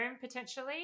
potentially